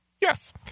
Yes